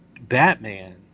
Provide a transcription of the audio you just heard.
Batman